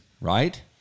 right